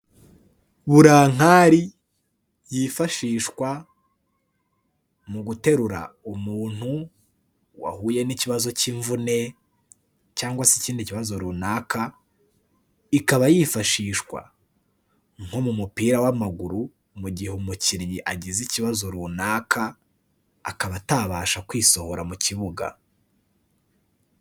Burankari yifashishwa mu guterura umuntu wahuye n'ikibazo cy'imvune cyangwa se ikindi kibazo runaka, ikaba yifashishwa nko mu mupira w'amaguru, mu gihe umukinnyi agize ikibazo runaka, akaba atabasha kwisohora mu kibuga.